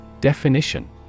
Definition